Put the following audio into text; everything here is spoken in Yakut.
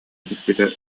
түспүтэ